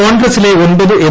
കോൺഗ്രസിലെ ഒൻപത് എം